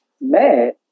mad